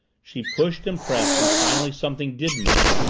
she pushed and pressed and finally something did move.